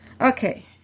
Okay